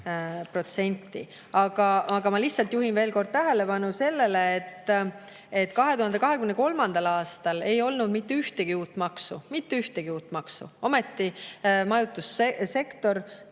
ma lihtsalt juhin veel kord tähelepanu sellele, et 2023. aastal ei [tulnud] mitte ühtegi uut maksu. Mitte ühtegi uut maksu, ometi tõstis majutussektor